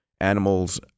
Animals